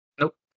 Nope